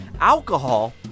Alcohol